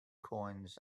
coins